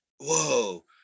whoa